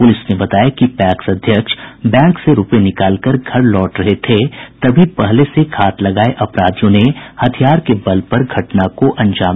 police ने बताया कि पैक्स अध्यक्ष बैंक से रूपये निकालकर घर लौट रहे थे तभी पहले से घात लगाये अपराधियों ने हथियार के बल पर घटना को अंजाम दिया